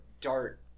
dart